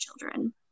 children